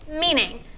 meaning